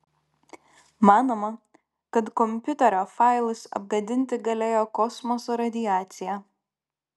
manoma kad kompiuterio failus apgadinti galėjo kosmoso radiacija